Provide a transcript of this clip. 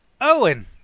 Owen